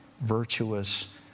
virtuous